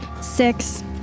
Six